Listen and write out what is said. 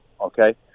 Okay